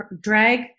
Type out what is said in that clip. Drag